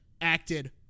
acted